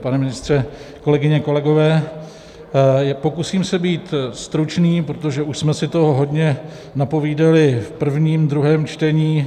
Pane ministře, kolegyně, kolegové, pokusím se být stručný, protože už jsme si toho hodně napovídali v prvním a v druhém čtení.